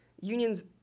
unions